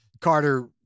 carter